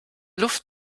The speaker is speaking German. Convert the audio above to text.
luft